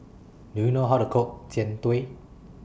Do YOU know How to Cook Jian Dui